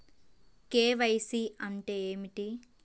KYC అంటే ఏమిటి?